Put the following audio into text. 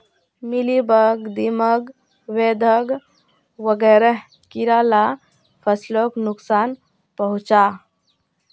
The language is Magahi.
मिलिबग, दीमक, बेधक वगैरह कीड़ा ला फस्लोक नुक्सान पहुंचाः